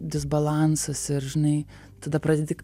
disbalansas ir žinai tada pradedi